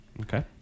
Okay